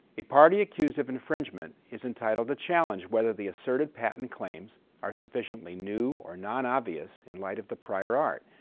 a party accused of infringement is entitled to challenge whether the asserted patent claims are sufficiently new or non-obvious in light of the prior art,